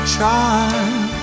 Child